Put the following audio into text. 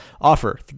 offer